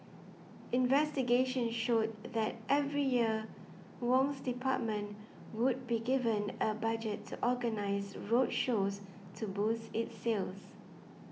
investigation showed that every year Wong's department would be given a budget to organise road shows to boost its sales